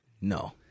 no